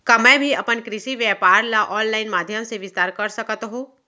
का मैं भी अपन कृषि व्यापार ल ऑनलाइन माधयम से विस्तार कर सकत हो?